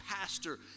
pastor